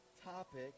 topic